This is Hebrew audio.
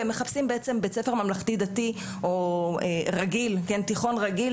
והם מחפשים בית ספר ממלכתי דתי או תיכון רגיל